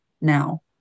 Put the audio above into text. now